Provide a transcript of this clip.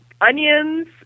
Onions